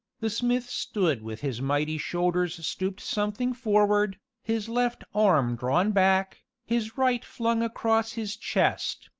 the smith stood with his mighty shoulders stooped something forward, his left arm drawn back, his right flung across his chest,